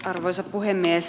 arvoisa puhemies